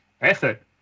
effort